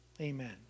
Amen